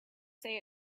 say